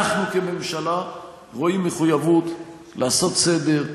אנחנו כממשלה רואים מחויבות לעשות סדר,